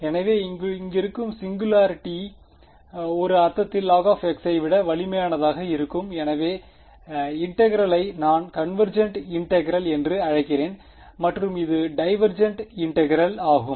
எனவே இங்கிருக்கும் சிங்குலாரிட்டி ஒரு அர்த்தத்தில் log ஐ விட வலிமையானதாக இருக்கும் எனவே இன்டெகிரெலய் நான் கன்வேர்ஜெண்ட் இன்டெகிரெல் என்று அழைக்கிறேன் மற்றும் இது டைவெர்ஜெண்ட் இன்டெகிரெல் ஆகும்